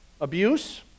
Abuse